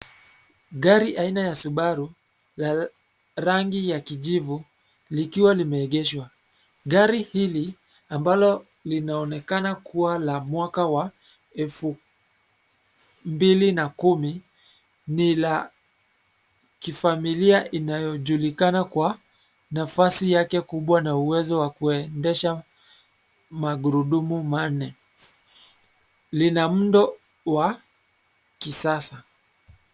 Gari aina ya cs[subaru]cs la rangi ya kijivu, liikiwa limeegeshwa. Gari hili ambalo linaonekana kuwa la mwaka wa elfu mbili na kumi, ni la kifamilia inayojulikana kwa nafasi yake kubwa na uwezo wa kuendesha magurudumu manne. Lina muundo wa kisasa.